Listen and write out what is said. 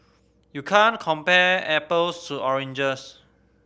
you can't compare apples to oranges